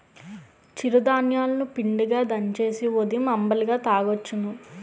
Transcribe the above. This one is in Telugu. చిరు ధాన్యాలు ని పిండిగా దంచేసి ఉదయం అంబలిగా తాగొచ్చును